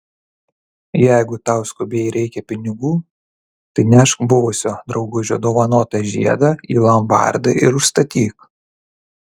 jeigu tau skubiai reikia pinigų tai nešk buvusio draugužio dovanotą žiedą į lombardą ir užstatyk